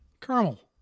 Caramel